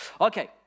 Okay